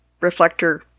reflector